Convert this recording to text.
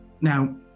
Now